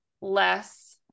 less